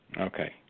Okay